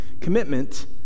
commitment